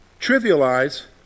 trivialize